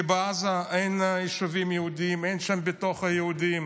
כי בעזה אין יישובים יהודיים ואין בתוכה יהודים,